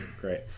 Great